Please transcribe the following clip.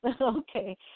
Okay